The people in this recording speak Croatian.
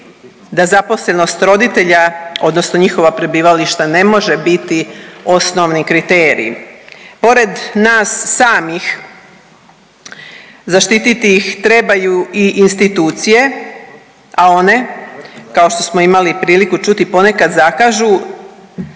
da zaposlenost roditelja odnosno njihova prebivališta ne može biti osnovni kriterij. Pored nas samih zaštiti ih trebaju i institucije, a one kao što smo imali priliku čuti ponekad zakažu